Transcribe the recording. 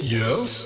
yes